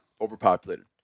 overpopulated